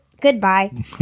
goodbye